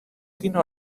quina